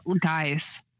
guys